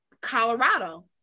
Colorado